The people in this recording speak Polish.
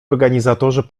organizatorzy